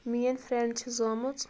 میٛٲنۍ فرٛنڈ چھِ زامٕژ